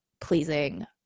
pleasing